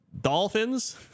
Dolphins